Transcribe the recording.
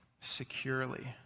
securely